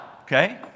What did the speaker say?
Okay